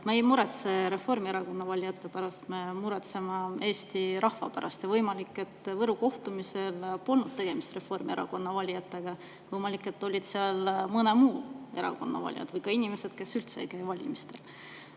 Me ei muretse Reformierakonna valijate pärast, me muretseme Eesti rahva pärast. Võimalik, et Võru kohtumisel polnud tegemist Reformierakonna valijatega, võimalik, et seal olid mõne muu erakonna valijad või ka inimesed, kes üldse ei käi valimistel.